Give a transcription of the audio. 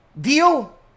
deal